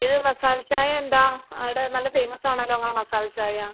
ഇത് മസാല ചായ എന്താണ് ആടെ നല്ല ഫേമസ് ആണല്ലോ നിങ്ങളെ മസാല ചായ